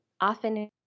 Often